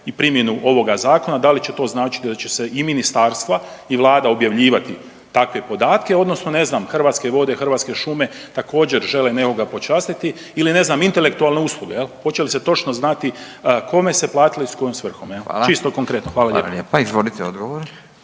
i primjenu ovog zakona, da li će to značiti da će se i ministarstva i Vlada objavljivati takve podatke, odnosno ne znam, Hrvatske vode, Hrvatske šume također žele nekoga počastiti ili ne znam, intelektualne usluge, hoće li se točno znati kome se platilo i s kojom svrhom? Čisto konkretno. Hvala lijepo. **Radin, Furio